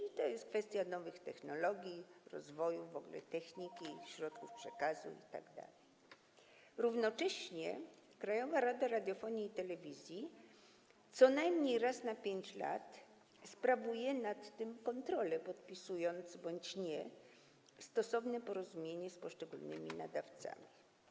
Są to kwestie nowych technologii, rozwoju, w ogóle techniki, środków przekazu itd. Równocześnie Krajowa Rada Radiofonii i Telewizji co najmniej raz na 5 lat sprawuje nad tym kontrolę, podpisując bądź nie stosowne porozumienie z poszczególnymi nadawcami.